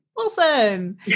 awesome